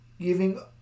giving